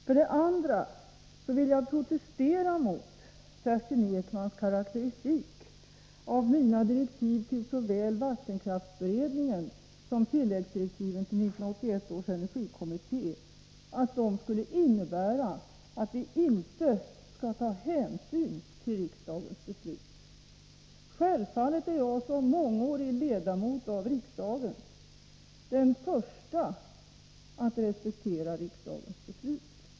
Sedan vill jag protestera mot Kerstin Ekmans karakteristik av mina Nr 42 direktiv till vattenkraftberedningen och av tilläggsdirektiven till 1981 års 5 :: E Ö ES Torsdagen den energikommitté. De skulle, enligt Kerstin Ekman, innebära att vi inte tar 8 december 1983 hänsyn till riksdagens beslut. Självfallet är jag som mångårig ledamot av riksdagen den första att respektera riksdagens beslut.